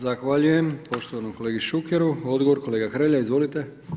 Zahvaljujem poštovanom kolegi Šukeru, odgovor kolega Hrelja, izvolite.